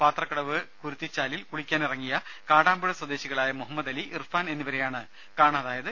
പാത്രക്കടവ് കുരുത്തിച്ചാലിൽ കുളിക്കാനിറങ്ങിയ കാടാമ്പുഴ സ്വദേശികളായ മുഹമ്മദലി ഇർഫാൻ എന്നിവരെയാണ് കാണാതായത്